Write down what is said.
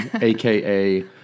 aka